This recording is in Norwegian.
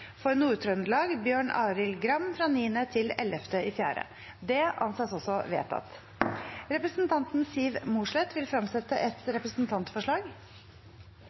For Nord-Trøndelag: Bjørn Arild Gram 9.–11. april Representanten Siv Mossleth vil fremsette et representantforslag.